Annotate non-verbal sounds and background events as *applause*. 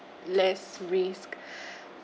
less risk *breath*